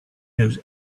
knows